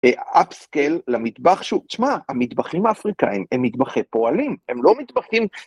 ‫אפסקייל למטבח שהוא... ‫שמע, המטבחים האפריקאים ‫הם מטבחי פועלים, הם לא מטבחים...